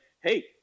hey